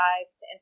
lives